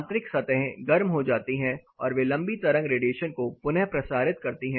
आंतरिक सतहें गर्म हो जाती हैं और वे लंबी तरंग रेडिएशन को पुनः प्रसारित करती हैं